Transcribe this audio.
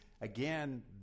again